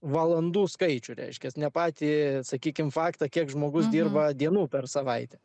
valandų skaičių reiškias ne patį sakykim faktą kiek žmogus dirba dienų per savaitę